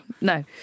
No